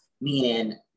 meaning